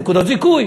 נקודות זיכוי.